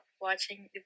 watching